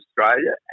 Australia